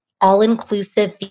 all-inclusive